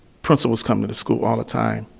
principals come to this school all the time,